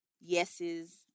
yeses